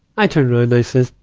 i turned around, i says,